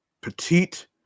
petite